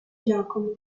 giacomo